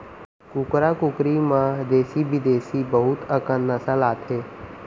कुकरा कुकरी म देसी बिदेसी बहुत अकन नसल आथे